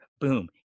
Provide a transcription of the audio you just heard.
boom